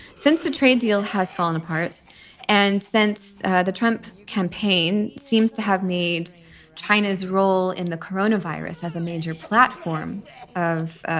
since the trade deal has fallen apart and since the trump campaign seems to have made china's role in the coronavirus as a major platform of,